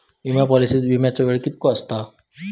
विमा पॉलिसीत विमाचो वेळ कीतको आसता?